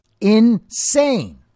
insane